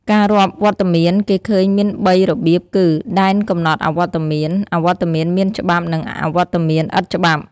ការរាប់វត្តមានគេឃើញមានបីរបៀបគឺ ដែនកំណត់អវត្តមាន អវត្តមានមានច្បាប់ និង អវត្តមានឥតច្បាប់ ។